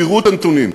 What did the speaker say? תראו את הנתונים.